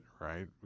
right